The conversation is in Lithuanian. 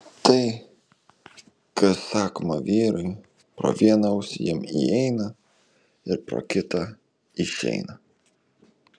tai kas sakoma vyrui pro vieną ausį jam įeina ir pro kitą išeina